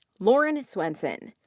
lauren swenson.